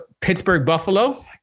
Pittsburgh-Buffalo